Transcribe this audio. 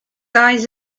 eyes